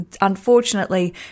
Unfortunately